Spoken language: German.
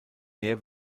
mehr